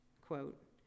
quote